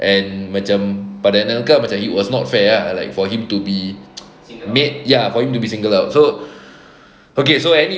and macam pada anelka it was not fair ah like for him to be made ya for him to be singled out so okay so anyway